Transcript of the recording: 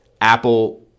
Apple